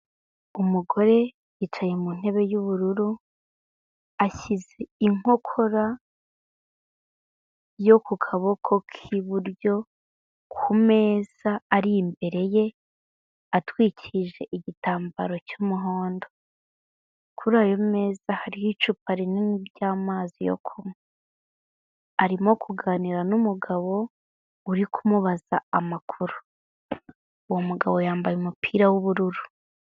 Umugore yicaye mu ntebe y'ubururu, ashyize inkokora yo ku kaboko k'iburyo ku meza ari imbere ye atwikirije igitambaro cy'umuhondo, kuri ayo meza hariho icupa rinini ry'amazi yo kunywa, arimo kuganira n'umugabo uri kumubaza amakuru, uwo mugabo yambaye umupira w'ubururu.